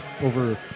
over